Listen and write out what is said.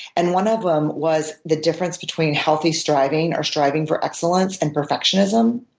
and one of them was the difference between healthy striving or striving for excellence and perfectionism.